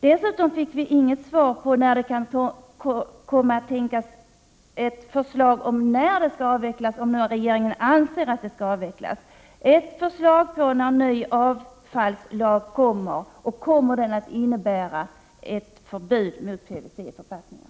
Det gavs inte heller något svar på frågan om när det kan tänkas komma ett förslag om vid vilken tidpunkt PVC skall avvecklas. När anser regeringen att PVC skall avvecklas? När kommer det att läggas fram ett förslag om en ny avfallslag? Kommer den i så fall att innebära ett förbud mot PVC i förpackningar?